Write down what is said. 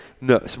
No